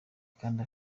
kandi